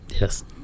Yes